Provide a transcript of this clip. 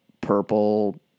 purple